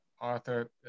Arthur